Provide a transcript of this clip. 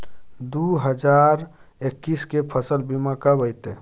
दु हजार एक्कीस के फसल बीमा कब अयतै?